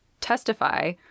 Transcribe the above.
testify